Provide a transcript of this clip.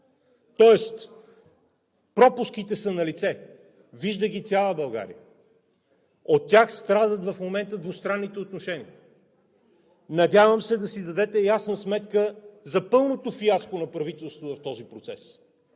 пропуските са налице, вижда ги цяла България и от тях страдат в момента двустранните отношения. Надявам се да си дадете ясна сметка за пълното фиаско на правителството в този процес.